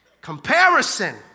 Comparison